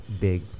big